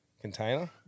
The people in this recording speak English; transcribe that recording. container